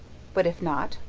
but if not,